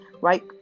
right